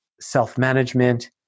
self-management